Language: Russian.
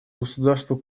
государству